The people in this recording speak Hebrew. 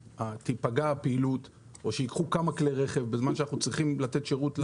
תיפגע הפעילות או שייקחו כמה כלי רכב בזמן שאנחנו צריכים לתת שירות.